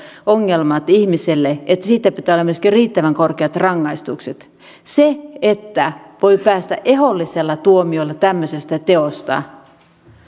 ongelmat ihmiselle että siitä pitää olla myöskin riittävän korkeat rangaistukset se että voi päästä ehdollisella tuomiolla tämmöisestä teosta